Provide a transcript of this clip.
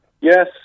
Yes